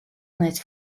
net